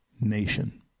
nation